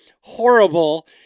horrible